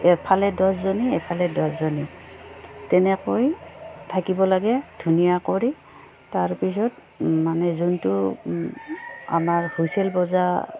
এফালে দহজনী এফালে দহজনী তেনেকৈ থাকিব লাগে ধুনীয়া কৰি তাৰপিছত মানে যোনটো আমাৰ হুইচেল বজা